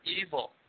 evil